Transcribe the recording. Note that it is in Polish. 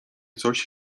coś